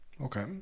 Okay